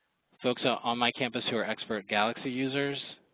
folks ah on my campus who are expert galaxy users,